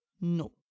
no